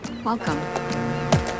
Welcome